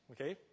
okay